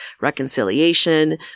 reconciliation